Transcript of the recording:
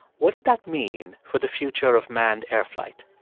what did that mean for the future of manned air flight?